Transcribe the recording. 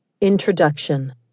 INTRODUCTION